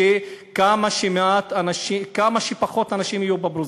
תאמין לי, אין שום רצון לפגוע באוכלוסייה.